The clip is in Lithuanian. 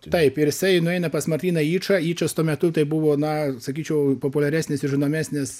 taip ir jisai nueina pas martyną yčą yčas tuo metu tai buvo na sakyčiau populiaresnis ir žinomesnis